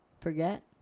forget